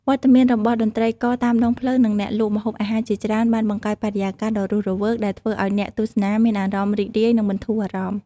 វត្តមានរបស់តន្ត្រីករតាមដងផ្លូវ និងអ្នកលក់ម្ហូបអាហារជាច្រើន បានបង្កើតបរិយាកាសដ៏រស់រវើក ដែលធ្វើឱ្យអ្នកទស្សនាមានអារម្មណ៍រីករាយ និងបន្ធូរអារម្មណ៍។